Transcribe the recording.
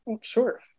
Sure